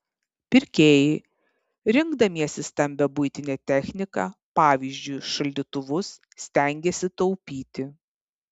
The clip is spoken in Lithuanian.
pirkėjai rinkdamiesi stambią buitinę techniką pavyzdžiui šaldytuvus stengiasi taupyti